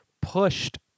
pushed